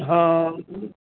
ਹਾਂ